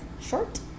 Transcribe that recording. short